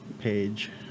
page